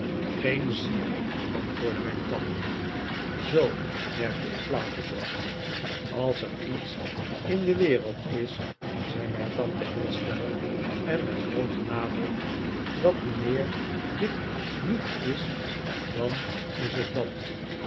geen zier antwoordde mijn tante zoo merkte ik flauwtjes op als er iets in de wereld is zei mijn tante heel stellig en met grooten nadruk dat mijnheer dick niet is dan is het dat